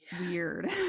weird